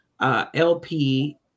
LP